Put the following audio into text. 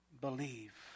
believe